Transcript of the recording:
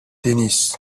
دنیس